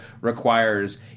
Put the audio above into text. requires